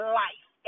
life